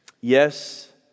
Yes